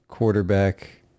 quarterback